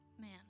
Man